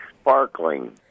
sparkling